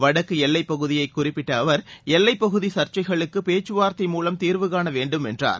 வடக்குஎல்லைபபகுதியைக் குறிப்பிட்டஅவர் எல்லைப் பகுதிசர்ச்சைகளுக்குப் பேச்சுவார்த்தை மூலம் தீர்வு காணவேண்டும் என்றார்